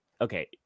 okay